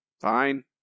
fine